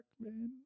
man